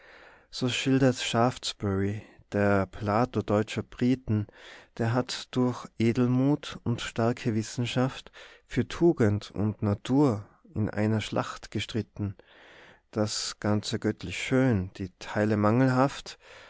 so schildert schaftsbury der plato deutscher briten der hat durch edelmut und starke wissenschaft für tugend und natur in einer schlacht gestritten das ganze göttlich schön die teile mangelhaft